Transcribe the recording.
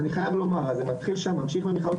אז אני חייב לומר זה מתחיל שמה ממשיך למכללות